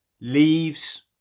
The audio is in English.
leaves